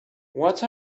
what